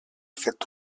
fet